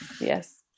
yes